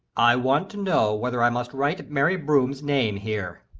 i want to know whether i must write mary broome's name here.